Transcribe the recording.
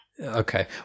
Okay